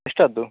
ಎಷ್ಟರದ್ದು